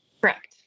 Correct